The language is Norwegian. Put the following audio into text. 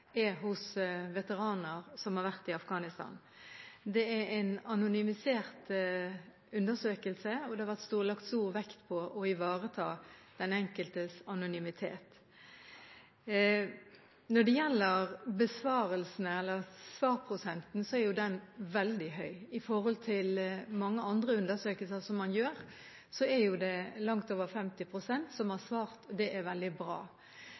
veteraner som har vært i Afghanistan. Det er en anonymisert undersøkelse, og det har vært lagt stor vekt på å ivareta den enkeltes anonymitet. Når det gjelder svarprosenten, er jo den veldig høy. I forhold til mange andre undersøkelser som man gjør, er det langt over 50 pst. som har svart. Det er veldig bra.